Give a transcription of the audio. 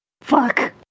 fuck